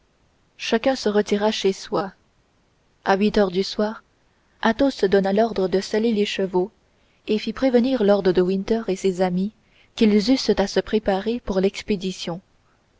chacun se retira chez soi à huit heures du soir athos donna l'ordre de seller les chevaux et fit prévenir lord de winter et ses amis qu'ils eussent à se préparer pour l'expédition